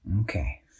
Okay